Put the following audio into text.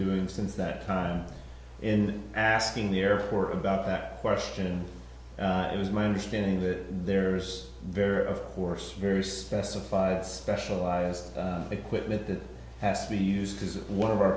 doing since that time in asking the earth for about that question it was my understanding that there's very of course very specified specialized equipment that has to be used as one of our